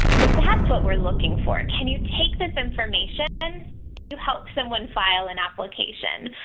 so that's what we're looking for. can you take this information to help someone file an application?